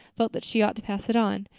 felt that she ought to pass it on.